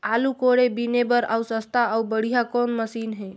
आलू कोड़े बीने बर सस्ता अउ बढ़िया कौन मशीन हे?